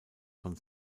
von